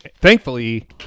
thankfully